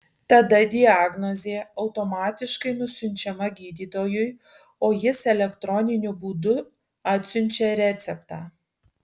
tada diagnozė automatiškai nusiunčiama gydytojui o jis elektroniniu būdu atsiunčia receptą